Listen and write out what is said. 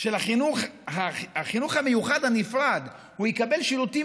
של החינוך המיוחד הנפרד הוא יקבל שירותים